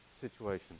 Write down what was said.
situation